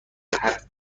حرف